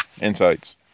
insights